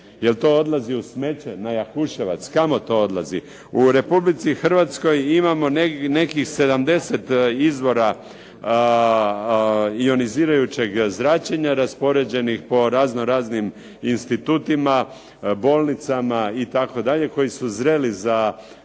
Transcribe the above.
Jel to odlazi na smeće u Jakuševac, kamo to odlazi? U Republici Hrvatskoj imamo nekih 70 izvora ionizirajućeg zračenja raspoređenih po raznoraznim institutima, bolnicama itd. koji su zreli za